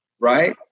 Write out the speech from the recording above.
Right